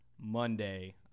Monday